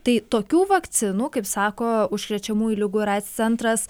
tai tokių vakcinų kaip sako užkrečiamųjų ligų ir aids centras